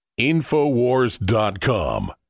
InfoWars.com